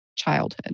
childhood